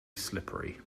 slippery